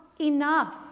enough